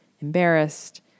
embarrassed